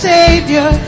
Savior